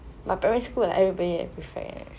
my primary school like prefect like that